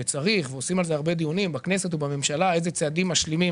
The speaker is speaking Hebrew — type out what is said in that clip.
וצריך ועושים על זה הרבה דיונים בכנסת ובממשלה לגבי איזה צעדים משלימים